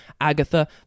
Agatha